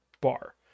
bar